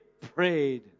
prayed